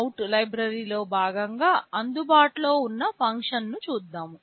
PwmOut లైబ్రరీలో భాగంగా అందుబాటులో ఉన్న ఫంక్షన్లను చూద్దాం